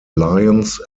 lions